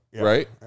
right